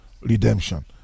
redemption